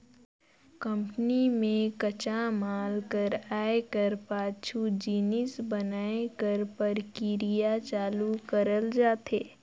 company में कच्चा माल कर आए कर पाछू जिनिस बनाए कर परकिरिया चालू करल जाथे